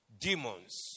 demons